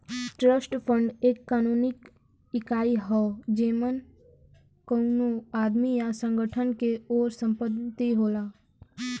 trust fund एक कानूनी इकाई हौ जेमन कउनो आदमी या संगठन के ओर से संपत्ति होला